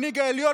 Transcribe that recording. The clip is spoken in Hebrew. המנהיג העליון,